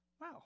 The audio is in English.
Wow